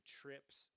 trips